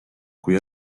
kui